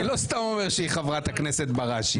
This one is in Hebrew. אני לא סתם אומר שהיא חברת הכנסת בראשי.